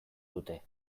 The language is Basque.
dute